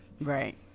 Right